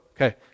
Okay